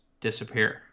disappear